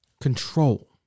Control